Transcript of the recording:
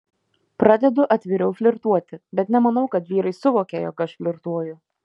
pradedu atviriau flirtuoti bet nemanau kad vyrai suvokia jog aš flirtuoju